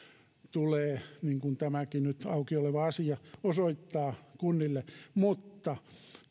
tulee kunnille niin kuin tämä nyt auki olevakin asia osoittaa mutta